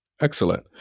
Excellent